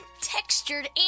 textured